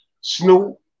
Snoop